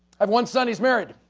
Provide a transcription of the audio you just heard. i have one son, he's married.